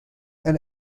and